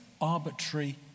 arbitrary